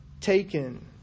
taken